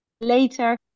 later